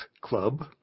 club